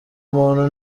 umuntu